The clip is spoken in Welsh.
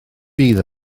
bydd